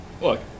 Look